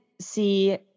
see